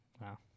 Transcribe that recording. Wow